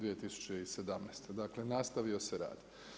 2017., dakle nastavio se rad.